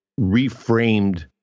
reframed